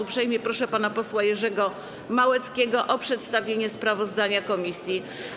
Uprzejmie proszę pana posła Jerzego Małeckiego o przedstawienie sprawozdania komisji.